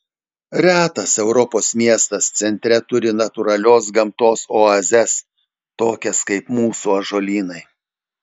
retas europos miestas centre turi natūralios gamtos oazes tokias kaip mūsų ąžuolynai